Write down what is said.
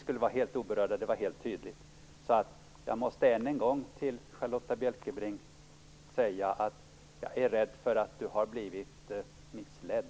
Jag måste därför än en gång säga att jag är rädd att Charlotta L Bjälkebring har blivit missledd.